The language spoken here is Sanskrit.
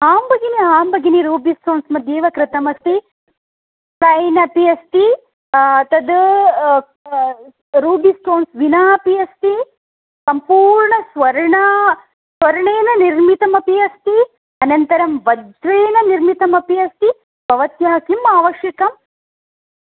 आं भगिनि आं भगिनि रूबी स्टोन्स् मध्ये एव कृतमस्ति प्लैन् अपि अस्ति तद् रूबी स्टोन्स् विना अपि अस्ति संपूर्णस्वर्णा स्वर्णेन निर्मितमपि अस्ति अनन्तरं वज्रेण निर्मितमपि अस्ति भवत्याः किम् आवश्यकम्